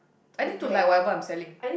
I need to like whatever I'm selling